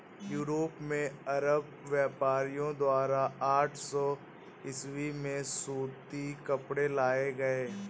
Europe में अरब व्यापारियों द्वारा आठ सौ ईसवी में सूती कपड़े लाए गए